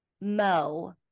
Mo